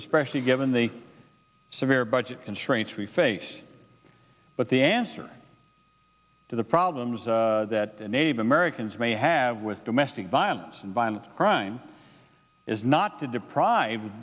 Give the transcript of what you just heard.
especially given the severe budget constraints we face but the answer to the problems that the native americans may have with domestic violence and violent crime is not to deprive